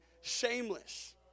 shameless